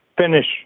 Finish